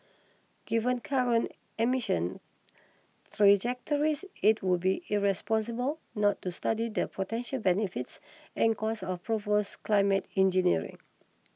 given current emission trajectories it would be irresponsible not to study the potential benefits and costs of propose climate engineering